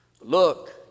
Look